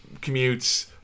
commutes